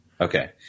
Okay